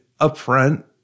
upfront